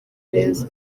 neza